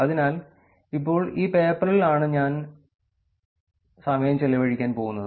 അതിനാൽ ഇപ്പോൾ ഈ പേപ്പറിൽ ആണ് നമ്മൾ സമയം ചെലവഴിക്കാൻ പോകുന്നത്